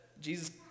Jesus